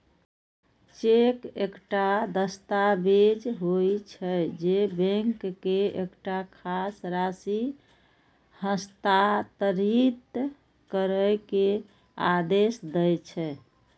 cheque एकटा दस्तावेज होइ छै, जे बैंक के एकटा खास राशि हस्तांतरित करै के आदेश दै छै